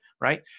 right